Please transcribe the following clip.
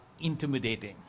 intimidating